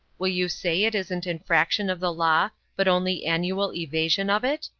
will you say it isn't infraction of the law, but only annual evasion of it?